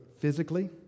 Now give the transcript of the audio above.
physically